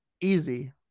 Easy